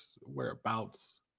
whereabouts